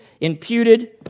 imputed